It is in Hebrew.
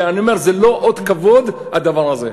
אני אומר, זה לא אות כבוד, הדבר הזה.